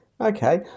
okay